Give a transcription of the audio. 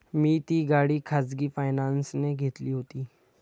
मी ती गाडी खाजगी फायनान्सने घेतली होती